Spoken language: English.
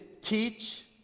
teach